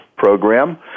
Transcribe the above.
Program